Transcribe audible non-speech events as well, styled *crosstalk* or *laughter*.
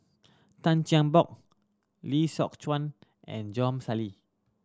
Tan Chin Bock Lee Sock Chuan and *unintelligible* Sali